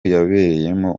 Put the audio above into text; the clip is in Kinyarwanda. yabereyemo